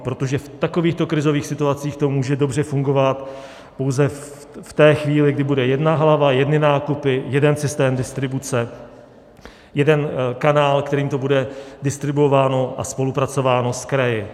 Protože v takovýchto krizových situacích to může dobře fungovat pouze v té chvíli, kdy bude jedna hlava, jedny nákupy, jeden systém distribuce, jeden kanál, kterým to bude distribuováno a spolupracováno s kraji.